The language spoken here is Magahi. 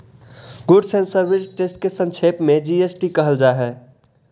गुड्स एण्ड सर्विस टेस्ट के संक्षेप में जी.एस.टी कहल जा हई